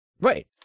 right